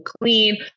clean